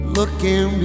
Looking